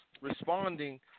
responding